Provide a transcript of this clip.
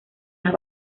las